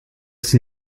sie